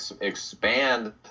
expand